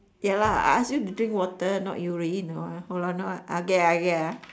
ya lah I ask you to drink water not urine hold on ah okay ah okay ah